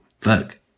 Fuck